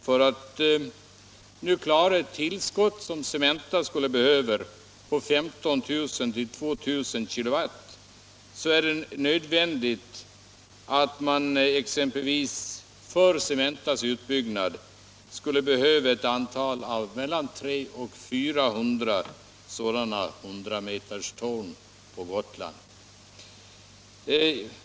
Det energitillskott som Cementa skulle behöva för en utbyggnad på 15 000-20 000 kW skulle kräva ett antal av mellan 300 och 400 sådana 100-meterstorn på Gotland.